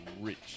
rich